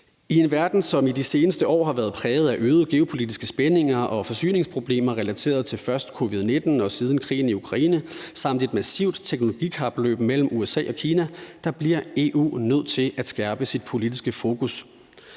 I en verden, som i de seneste år har været præget af øgede geopolitiske spændinger og forsyningsproblemer relateret til først covid-19 og siden krigen i Ukraine samt et massivt teknologikapløb mellem USA og Kina, bliver EU nødt til at skærpe sit politiske fokus.